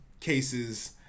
cases